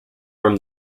from